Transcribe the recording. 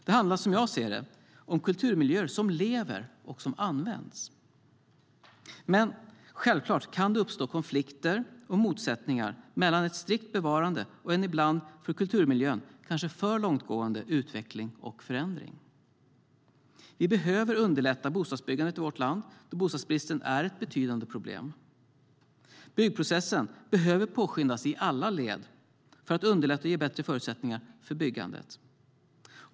Som jag ser det handlar det om kulturmiljöer som lever och som används. Men självklart kan det uppstå konflikter och motsättningar mellan ett strikt bevarande och en ibland för kulturmiljön kanske för långtgående utveckling och förändring. Vi behöver underlätta bostadsbyggandet i vårt land, då bostadsbristen är ett betydande problem. Byggprocessen behöver påskyndas i alla led för att underlätta och ge bättre förutsättningar för byggandet.